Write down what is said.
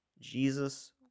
Jesus